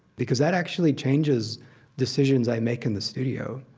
because that actually changes decisions i make in the studio.